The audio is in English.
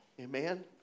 Amen